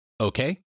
Okay